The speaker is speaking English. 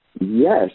Yes